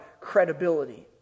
credibility